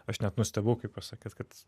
aš net nustebau kai pasakėt kad